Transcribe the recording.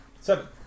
Seven